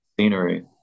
scenery